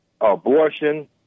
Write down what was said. abortion